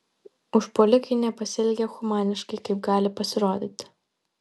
užpuolikai nepasielgė humaniškai kaip gali pasirodyti